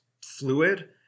fluid